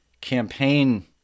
campaign